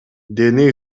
дене